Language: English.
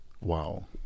Wow